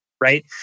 right